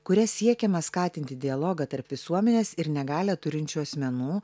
kuria siekiama skatinti dialogą tarp visuomenės ir negalią turinčių asmenų